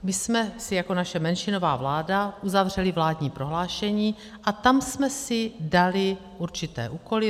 My jsme si jako naše menšinová vláda uzavřeli vládní prohlášení a tam jsme si dali určité úkoly.